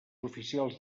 oficials